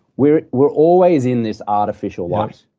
we're we're always in this artificial light.